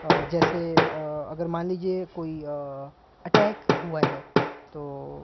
جیسے اگر مان لیجیے کوئی اٹیک ہوا ہے تو